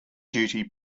duty